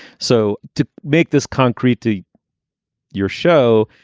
so to make this concrete to your show.